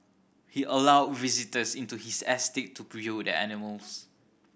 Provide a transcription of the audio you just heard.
he allowed visitors into his estate to the animals